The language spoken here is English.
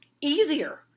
easier